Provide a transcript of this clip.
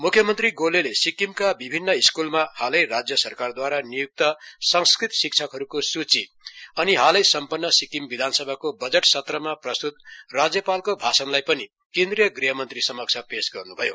म्ख्यमन्त्री गोलेले सिक्किमका विभिन्न स्कूलमा हालै राज्य सरकारद्वारा निय्क्त संस्कृत शिक्षकहरूको सूची अनि हालै सम्पन्न सिक्किम विधानसभाको बजेट सत्रमा प्रस्त्त राज्यपालको भाषणको पनि केन्द्रीय गृहमन्त्री समक्ष पेश गर्नुभयो